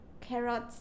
carrots